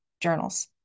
journals